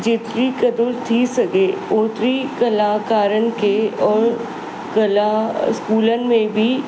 जेकी क़द्रु थी सघे ओतिरी कलाकारनि खे ऐं कला स्कूलनि में बि